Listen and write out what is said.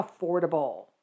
affordable